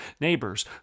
neighbors